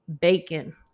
bacon